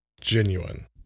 genuine